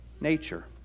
nature